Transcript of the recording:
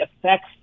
affects